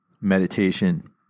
meditation